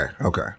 Okay